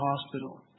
Hospital